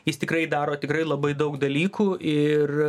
jis tikrai daro tikrai labai daug dalykų ir